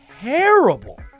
terrible